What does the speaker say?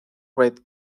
red